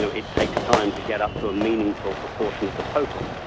so it takes time to get up to a meaningful proportion of the total.